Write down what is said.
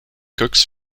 cox